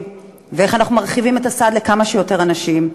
ואיך אנחנו מרחיבים את הסד לכמה שיותר אנשים.